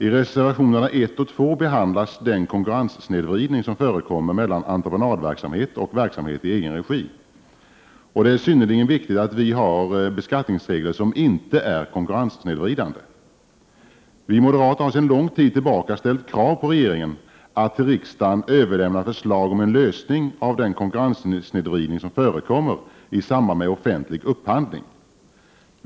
I reservationerna 1 och 2 behandlas den konkurrenssnedvridning som förekommer mellan entreprenadverksamhet och verksamhet i egen regi. Det är synnerligen viktigt att vi har beskattningsregler som inte är konkurrenssnedvridande. Vi moderater har sedan lång tid tillbaka ställt krav på regeringen att till riksdagen överlämna förslag om en lösning av den konkurrenssnedvridning som förekommer i samband med offentlig upphandling.